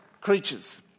creatures